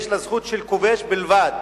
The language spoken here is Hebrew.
יש לה זכות של כובש בלבד.